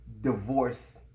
divorce